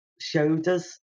shoulders